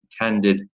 candid